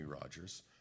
Rogers